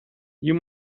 you